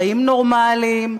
חיים נורמליים,